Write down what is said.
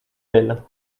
belle